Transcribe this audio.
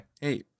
Hey